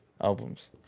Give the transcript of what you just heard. albums